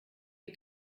wie